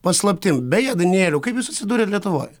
paslaptim beje danėliau kaip jūs atsidūrėt lietuvoj